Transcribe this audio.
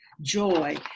joy